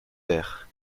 verres